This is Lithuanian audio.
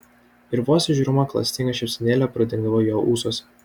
ir vos įžiūrima klastinga šypsenėlė pradingdavo jo ūsuose